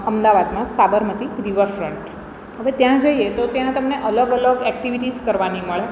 અમદાવાદમાં સાબરમતી રિવરફ્રન્ટ હવે ત્યાં જઈએ તો ત્યાં અલગ અલગ એક્ટિવિટીસ કરવાની મળે